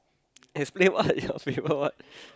explain what your favourite what